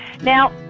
Now